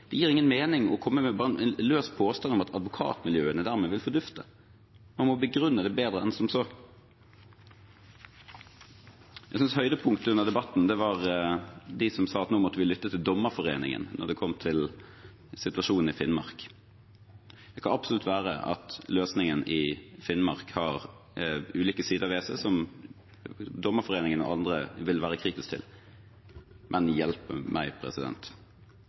Det gir ingen mening å bare komme med en løs påstand om at advokatmiljøene dermed vil fordufte. Man må begrunne det bedre enn som så. Jeg synes høydepunktet under debatten var da det ble sagt at nå måtte vi lytte til Dommerforeningen når det gjaldt situasjonen i Finnmark. Det kan absolutt være at løsningen i Finnmark har ulike sider ved seg som Dommerforeningen og andre vil være kritiske til, men hjelpe meg